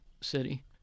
city